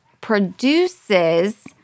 produces